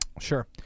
Sure